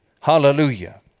hallelujah